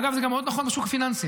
אגב, זה גם מאוד נכון בשוק הפיננסי.